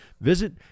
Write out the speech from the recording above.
visit